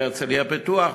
מהרצלייה-פיתוח,